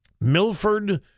Milford